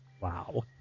Wow